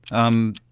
um,